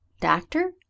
doctor